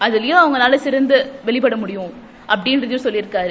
அதுவயும் அவங்களால சிறப்பா வெளிப்படுத்த முடியும் அப்படிங்றத சொல்லியிருக்காரு